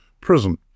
prison